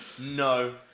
No